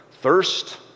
thirst